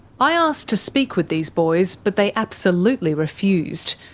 i asked to speak with these boys, but they absolutely refused.